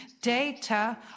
Data